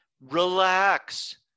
Relax